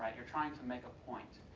you're trying to make a point,